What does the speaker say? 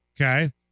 Okay